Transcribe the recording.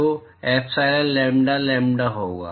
तो epsilon lambda lambda होगा